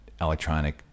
electronic